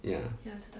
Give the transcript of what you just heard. ya